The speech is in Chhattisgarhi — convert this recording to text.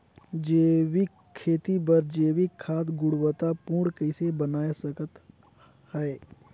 जैविक खेती बर जैविक खाद गुणवत्ता पूर्ण कइसे बनाय सकत हैं?